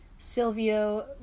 Silvio